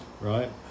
right